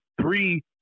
three